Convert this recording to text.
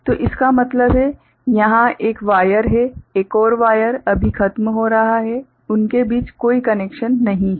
तो इसका मतलब है यहाँ एक वायर है एक और वायर अभी खत्म हो रहा है उनके बीच कोई कनैक्शन नहीं है